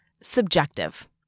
subjective